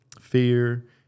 fear